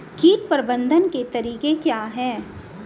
कीट प्रबंधन के तरीके क्या हैं?